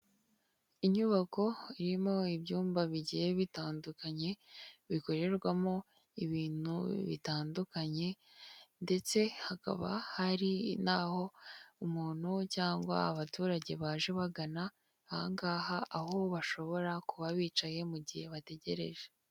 Inyubako irimo ibyumba bigiye bitandukanye, bikorerwamo ibintu bitandukanye ndetse hakaba hari n'aho umuntu cyangwa abaturage baje bagana aha ngaha aho bashobora kuba bicaye mu gihe bategereje.